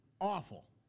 awful